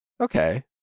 Okay